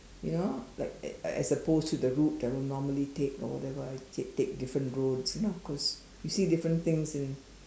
you know like uh as opposed to the route I will normally take or whatever I take different roads you know cause you see different things and